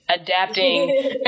Adapting